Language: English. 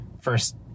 first